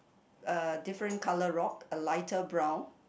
a different colour rock a lighter brown